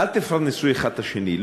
אל תפרנסו האחד את השני,